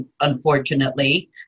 unfortunately